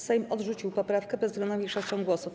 Sejm odrzucił poprawkę bezwzględną większością głosów.